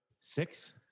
six